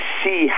see